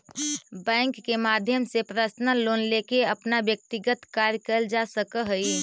bank के माध्यम से पर्सनल लोन लेके अपन व्यक्तिगत कार्य कैल जा सकऽ हइ